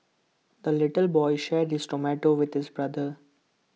the little boy shared this tomato with this brother